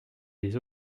des